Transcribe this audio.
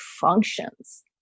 functions